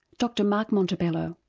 dr mark montebello.